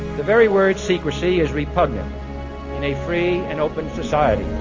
the very word secrecy is repugnant in a free and open society.